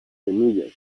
semillas